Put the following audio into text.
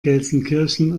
gelsenkirchen